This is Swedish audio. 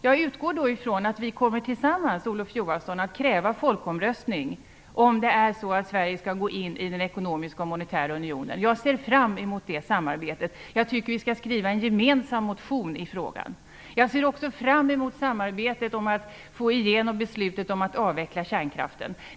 Jag utgår ifrån att vi tillsammans, Olof Johansson, kommer att kräva en folkomröstning, om det är så att Sverige skall gå in i den ekonomiska och monetära unionen. Jag ser fram emot det samarbetet. Jag tycker att vi skall skriva en gemensam motion i frågan. Jag ser också fram emot samarbetet när det gäller att få igenom beslutet om att avveckla kärnkraften.